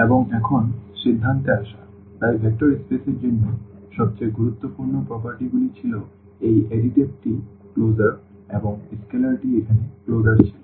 এবং এখন সিদ্ধান্তে আসা তাই ভেক্টর স্পেস এর জন্য সবচেয়ে গুরুত্বপূর্ণ বৈশিষ্ট্যগুলি ছিল এই অ্যাডিটিভটি ক্লোজার এবং স্কেলারটি এখানে ক্লোজার ছিল